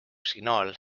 signaal